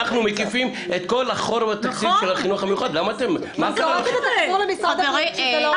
אני מבקש שתוך כדי --- אבל זה דיון צד.